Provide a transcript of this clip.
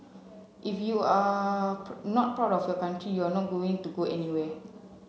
if you are not proud of your country you are not going to go anywhere